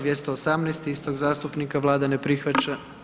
218. istog zastupnika, Vlada ne prihvaća.